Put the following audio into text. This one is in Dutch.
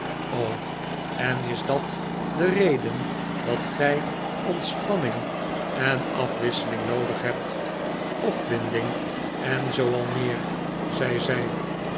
en is dat de reden dat gij ontspanning en afwisseling noodig hebt op winding en zoo al meer zei